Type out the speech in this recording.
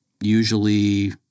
Usually –